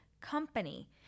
company